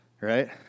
right